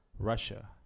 russia